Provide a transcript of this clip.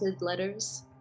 letters